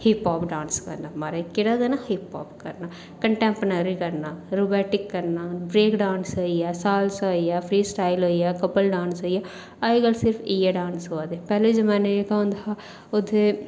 hip hop dance करना म्हाराज केह्ड़ा करना हिप हॉप करना कन्नै कंटैपरी करना रोबेटिक करना ब्रेक डांस करना सालसा होई गेआ फ्री स्टाइल होई गेआ अज्जकल बस इयै डांस होइये ते पैह्ले जमानै होंदा ओह् जित्थें